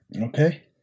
Okay